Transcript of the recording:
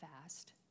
fast